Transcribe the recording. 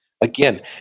Again